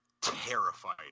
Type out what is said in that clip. terrified